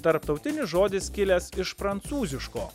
tarptautinis žodis kilęs iš prancūziško